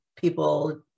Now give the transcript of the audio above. people